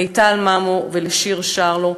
מיטל ממו ושיר שרלו,